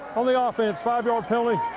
on the ah offense, five-yard penalty.